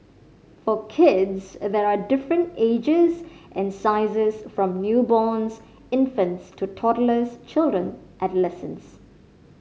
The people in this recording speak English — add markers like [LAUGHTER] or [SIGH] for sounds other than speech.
for kids [UNINTELLIGIBLE] there are different ages and sizes from newborns infants to toddlers children adolescents